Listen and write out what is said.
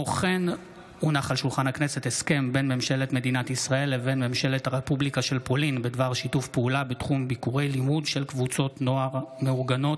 מאת חברי הכנסת עודד פורר, אביגדור ליברמן,